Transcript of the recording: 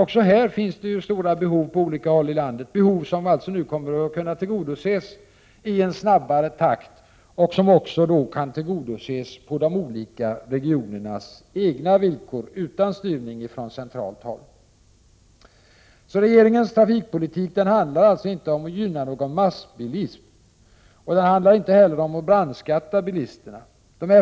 Också här finns det ju stora behov på olika håll i landet, behov som nu alltså kommer att kunna tillgodoses i en snabbare takt och som då kan tillgodoses på de olika regionernas egna villkor utan styrning från centralt håll. Regeringens trafikpolitik handlar alltså inte om att gynna någon massbilism och inte heller om att brandskatta bilisterna.